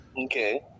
Okay